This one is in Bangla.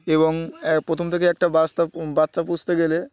এবং প্রথম থেকে একটা বাাস্তা বাচ্চা পুষতে গেলে